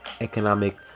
economic